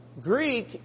Greek